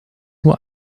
nur